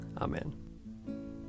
Amen